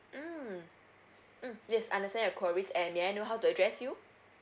mm mm yes understand your queries and may I know how to address you